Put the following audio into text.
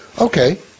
okay